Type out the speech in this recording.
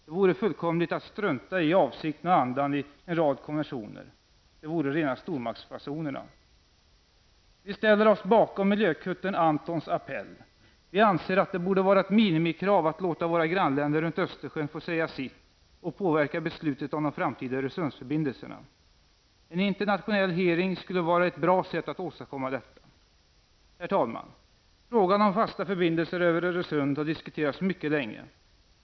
Det vore att fullkomligt strunta i avsikten och andan i en rad konventioner. Det vore rena stormaktsfasonerna. Vi ställer oss bakom miljökuttern Antons apell. Vi anser att det borde vara ett minimikrav att låta våra grannländer runt Östersjön få säga sitt och påverka beslutet om de framtida Öresundsförbindelserna. En internationell hearing skulle vara ett bra sätt att åstadkomma detta. Herr talman! Frågan om fasta förbindelser över Öresund har diskuterats mycket länge.